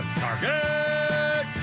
target